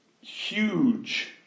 huge